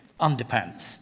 underpants